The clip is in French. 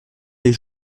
les